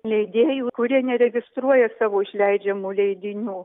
leidėjų kurie neregistruoja savo išleidžiamų leidinių